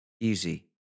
easy